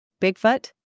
Bigfoot